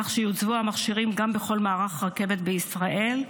כך שיוצבו המכשירים גם בכל מערך רכבת בישראל.